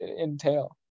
entail